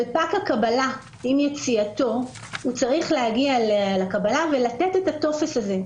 עם יציאתו הוא צריך להגיע לקבלה ולתת את הטופס הזה.